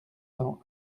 cents